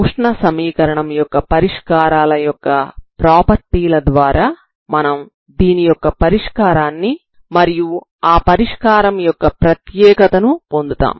ఉష్ణ సమీకరణం యొక్క పరిష్కారాల యొక్క ప్రాపర్టీ ల ద్వారా మనం దీని యొక్క పరిష్కారాన్ని మరియు ఆ పరిష్కారం యొక్క ప్రత్యేకతను పొందుతాము